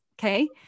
okay